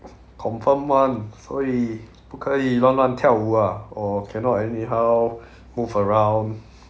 confirm [one] 所以不可以乱乱跳舞 ah or cannot anyhow move around